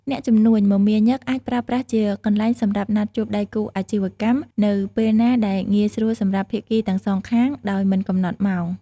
អ្នកជំនួញមមាញឹក អាចប្រើប្រាស់ជាកន្លែងសម្រាប់ណាត់ជួបដៃគូអាជីវកម្មនៅពេលណាដែលងាយស្រួលសម្រាប់ភាគីទាំងសងខាង ដោយមិនកំណត់ម៉ោង។